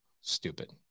stupid